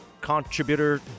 contributor